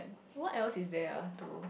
what else is there ah to